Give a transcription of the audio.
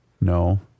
No